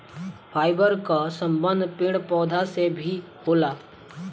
fibre कअ संबंध पेड़ पौधन से भी होला